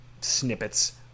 snippets